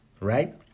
right